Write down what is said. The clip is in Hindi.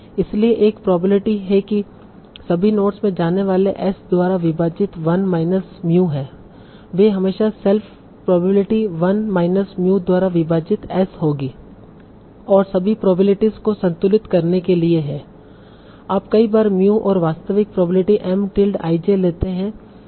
इसलिए एक प्रोबेबिलिटी है कि सभी नोड्स में जाने वाले S द्वारा विभाजित 1 माइनस mu है वे हमेशा सेल्फ प्रोबेबिलिटी 1 माइनस mu द्वारा विभाजित S होगी और सभी प्रोबेबिलिटीस को संतुलित करने के लिए है आप कई बार mu और वास्तविक probability M tilde i j लेते है